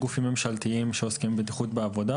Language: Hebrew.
שעוסקים בבטיחות בעבודה.